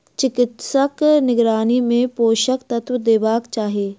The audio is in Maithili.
चिकित्सकक निगरानी मे पोषक तत्व देबाक चाही